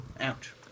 Ouch